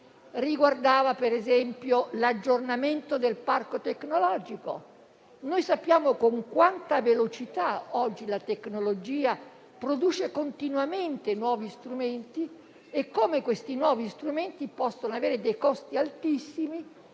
di un ospedale o l'aggiornamento del parco tecnologico. Sappiamo con quanta velocità oggi la tecnologia produce continuamente nuovi strumenti e come questi nuovi strumenti possano avere dei costi altissimi,